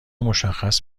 مشخص